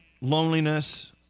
loneliness